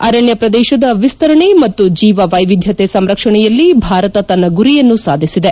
ಅರಣ್ಣ ಪ್ರದೇಶದ ವಿಸ್ತರಣೆ ಮತ್ತು ಜೀವ ವೈವಿಧ್ಯತೆ ಸಂರಕ್ಷಣೆಯಲ್ಲಿ ಭಾರತ ತನ್ನ ಗುರಿಯನ್ನು ಸಾಧಿಸಿದೆ